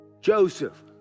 Joseph